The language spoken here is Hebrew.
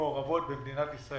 והמעודכנת.